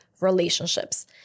relationships